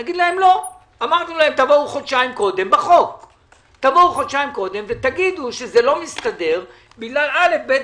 נאמר: אמרנו בחוק שתבואו חודשיים קודם ותגידו שזה לא מסתדר בגלל זה וזה,